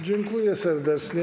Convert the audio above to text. Dziękuję serdecznie.